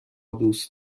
دوست